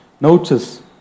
Notice